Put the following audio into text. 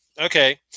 Okay